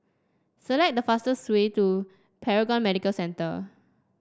select the fastest way to Paragon Medical Centre